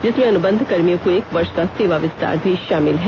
जिसमें अनुबंधकर्मियों को एक वर्ष का सेवा विस्तार भी शामिल है